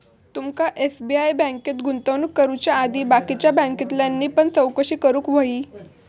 तुमका एस.बी.आय बँकेत गुंतवणूक करुच्या आधी बाकीच्या बॅन्कांतल्यानी पण चौकशी करूक व्हयी